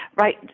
right